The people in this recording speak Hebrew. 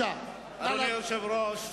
אדוני היושב-ראש,